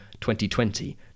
2020